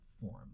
form